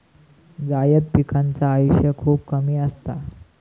जायद पिकांचा आयुष्य खूप कमी असता